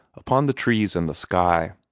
upon the trees and the sky.